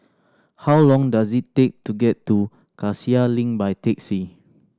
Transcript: how long does it take to get to Cassia Link by taxi